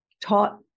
taught